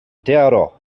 tiarró